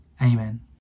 Amen